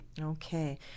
Okay